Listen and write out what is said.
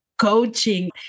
coaching